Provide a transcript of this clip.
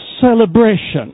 celebration